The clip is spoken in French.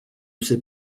sais